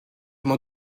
m’en